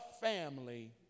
family